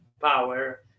power